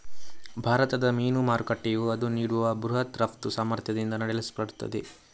ಭಾರತದ ಮೀನು ಮಾರುಕಟ್ಟೆಯು ಅದು ನೀಡುವ ಬೃಹತ್ ರಫ್ತು ಸಾಮರ್ಥ್ಯದಿಂದ ನಡೆಸಲ್ಪಡುತ್ತದೆ